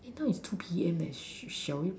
eh now is two PM leh shall we